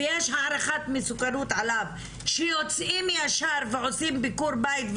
ויש הערכת מסוכנות עליו שיוצאים ישר ועושים ביקור בית,